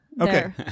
Okay